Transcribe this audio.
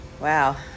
Wow